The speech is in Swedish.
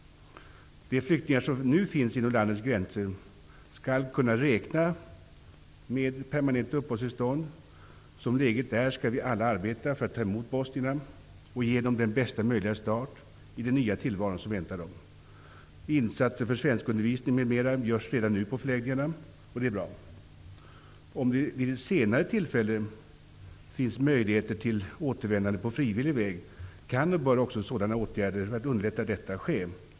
De flyktingar som finns inom landets gränser skall nu kunna räkna med att få permanenta uppehållstillstånd. Såsom läget är skall vi alla arbeta för att ta emot bosnierna och ge dem den bästa möjliga start i den nya tilvaron som väntar dem. Insatser för svenskundervisning m.m. görs redan nu på förläggningarna, och det är bra. Om det vid ett senare tillfälle finns möjlighet till återvändande på frivillig väg kan och bör också åtgärder för att underlätta detta vidtas.